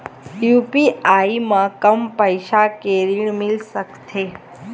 UPI म कम पैसा के ऋण मिल सकथे?